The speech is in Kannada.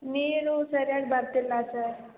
ನೀರು ಸರಿಯಾಗಿ ಬರ್ತಿಲ್ಲ ಸರ್